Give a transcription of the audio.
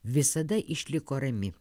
visada išliko rami